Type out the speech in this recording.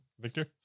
Victor